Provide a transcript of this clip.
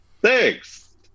Thanks